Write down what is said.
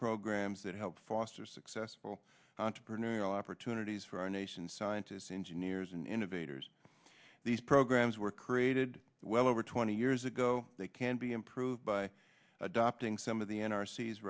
programs that help foster successful entrepreneurial opportunities for our nation's scientists engineers and innovators these programs were created well over twenty years ago they can be improved by adopting some of the n r